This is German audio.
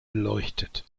beleuchtet